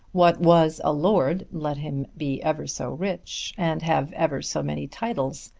what was a lord, let him be ever so rich and have ever so many titles?